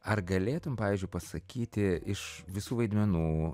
ar galėtum pavyzdžiui pasakyti iš visų vaidmenų